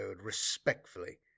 respectfully